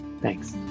Thanks